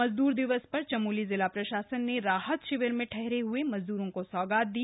मजदूर दिवस पर चमोली जिला प्रशासन ने राहत शिविर में ठहरे हुए मजदूरों को सौगात दी